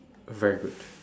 very good